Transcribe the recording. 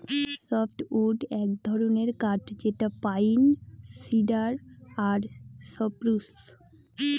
softwood এক ধরনের কাঠ যেটা পাইন, সিডার আর সপ্রুস